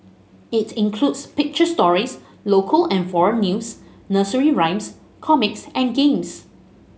it includes picture stories local and foreign news nursery rhymes comics and games